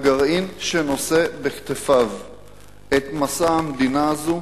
הגרעין שנושא על כתפיו את משא המדינה הזאת,